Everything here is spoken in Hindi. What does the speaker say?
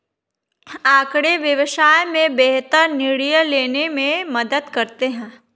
आँकड़े व्यवसाय में बेहतर निर्णय लेने में मदद करते हैं